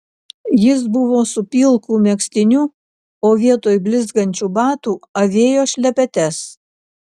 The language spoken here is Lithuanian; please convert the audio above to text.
jis buvo su pilku megztiniu o vietoj blizgančių batų avėjo šlepetes